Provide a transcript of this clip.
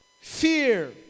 fear